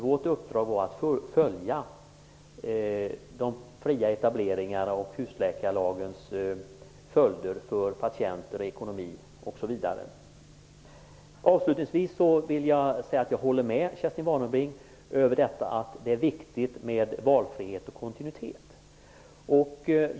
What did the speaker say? Vårt uppdrag var att följa den fria etableringen och följderna av husläkarlagen när det gäller patienter, ekonomi osv. Avslutningsvis vill jag säga att jag håller med Kerstin Warnerbring om att det är viktigt med valfrihet och kontinuitet.